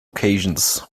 occasions